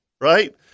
right